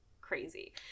crazy